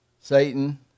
Satan